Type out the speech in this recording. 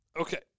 Okay